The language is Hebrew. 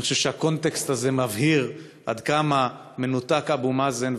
אני חושב שהקונטקסט הזה מבהיר עד כמה מנותק אבו מאזן,